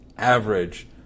average